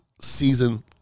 season